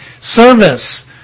Service